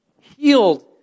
healed